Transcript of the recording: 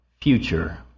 future